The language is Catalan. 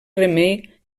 remei